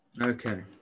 okay